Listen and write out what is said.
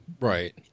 right